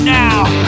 now